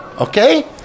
Okay